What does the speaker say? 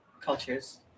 cultures